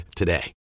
today